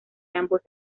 ambos